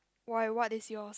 why what is yours